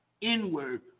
inward